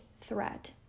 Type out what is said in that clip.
threat